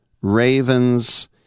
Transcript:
Ravens